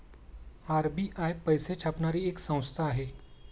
RBI पैसे छापणारी एक संस्था आहे